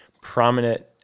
prominent